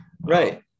Right